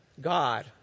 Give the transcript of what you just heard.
God